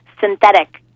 synthetic